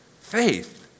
Faith